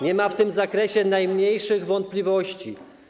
Nie ma w tym zakresie najmniejszych wątpliwości.